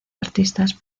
artistas